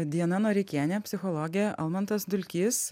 diana noreikienė psichologė almantas dulkys